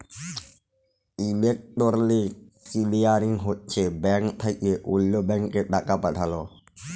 electronic clearing হছে bank থ্যাকে অল্য ব্যাংকে টাকা পাঠাল